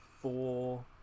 four